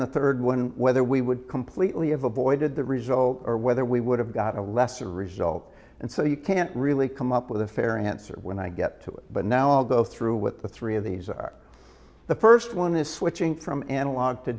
the third one whether we would completely of avoided the result or whether we would have got a lesser result and so you can't really come up with a fair answer when i get to it but now i'll go through with the three of these are the first one is switching from analog